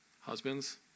Husbands